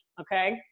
okay